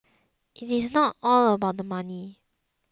it is not all about the money